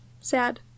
Sad